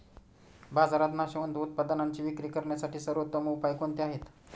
बाजारात नाशवंत उत्पादनांची विक्री करण्यासाठी सर्वोत्तम उपाय कोणते आहेत?